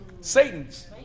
Satan's